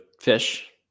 fish